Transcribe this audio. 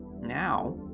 Now